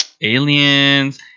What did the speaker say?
aliens